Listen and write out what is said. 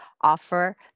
offer